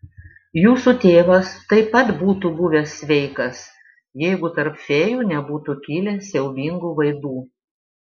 jūsų tėvas taip pat būtų buvęs sveikas jeigu tarp fėjų nebūtų kilę siaubingų vaidų